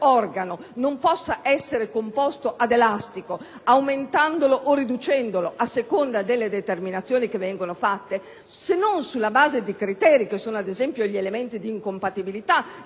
organo non può essere composto ad elastico, aumentandolo o riducendolo a seconda delle determinazioni che vengono fatte se non sulla base di criteri, che sono ad esempio gli elementi di incompatibilità